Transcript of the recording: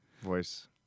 Voice